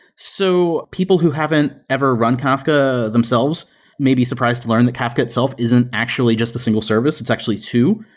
so people who haven't ever run kafka themselves may be surprised to learn that kafka itself isn't actually just a single service. it's actually two.